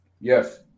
Yes